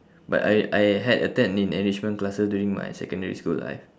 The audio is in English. but I I had attend in enrichment classes during my secondary school life